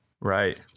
Right